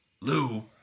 Lou